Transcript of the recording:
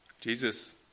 Jesus